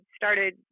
started